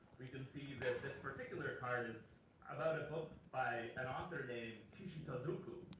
we can see that this particular card is about a book by an author named tee-gee sa-su-ku,